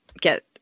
get